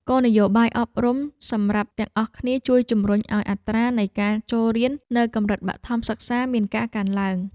គោលនយោបាយអប់រំសម្រាប់ទាំងអស់គ្នាជួយជំរុញឱ្យអត្រានៃការចូលរៀននៅកម្រិតបឋមសិក្សាមានការកើនឡើង។